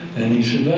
and he said,